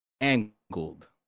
angled